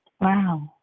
Wow